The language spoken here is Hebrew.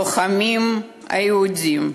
הלוחמים היהודים.